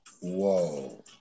Whoa